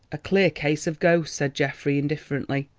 a clear case of ghosts, said geoffrey indifferently.